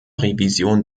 revision